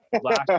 last